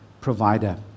provider